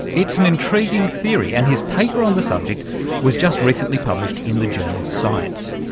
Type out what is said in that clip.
it's an intriguing theory and his paper on the subject was just recently published in the journal science,